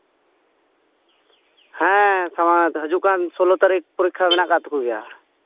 ᱦᱮᱸ ᱦᱤᱡᱩᱜ ᱠᱟᱱ ᱜᱮᱞ ᱛᱩᱨᱩᱭ ᱱᱟᱹᱦᱤᱛ ᱵᱤᱰᱟᱹᱣ ᱢᱮᱱᱟᱜ ᱛᱟᱠᱚ ᱜᱮᱭᱟ